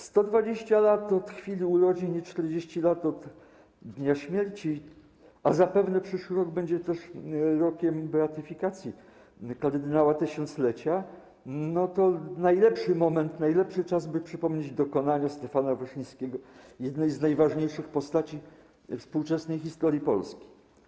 120 lat od chwili urodzin i 40 lat od dnia śmierci, a zapewne przyszły rok będzie też rokiem beatyfikacji kardynała tysiąclecia, to najlepszy moment, najlepszy czas, by przypomnieć dokonania Stefana Wyszyńskiego, jednej z najważniejszych postaci współczesnej historii Polski.